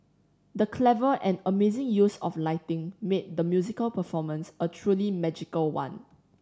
the clever and amazing use of lighting made the musical performance a truly magical one